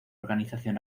organización